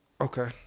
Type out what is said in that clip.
okay